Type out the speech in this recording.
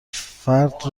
فرد